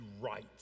right